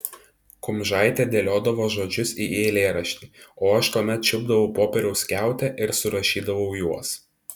kumžaitė dėliodavo žodžius į eilėraštį o aš tuomet čiupdavau popieriaus skiautę ir surašydavau juos